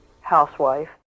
housewife